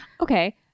Okay